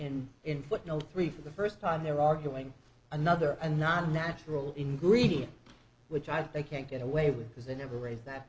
when in footnote three for the first time they're arguing another and not a natural ingredient which i can't get away with because they never read that